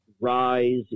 rise